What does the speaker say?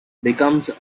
becomes